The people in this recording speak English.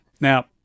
Now